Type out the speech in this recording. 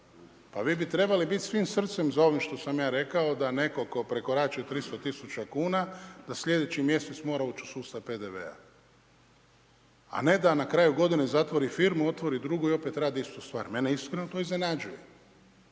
Pa vi bi trebali biti svim srcem za ovim što sam ja rekao, da netko tko prekorači 300 tisuća kuna, da slijedeći mjesec mora uči u sustav PDV-a, a ne da na kraju godine, zatvori firmu, otvori drugu i opet radi istu stvar, mene iskreno to iznenađuje.